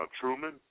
Truman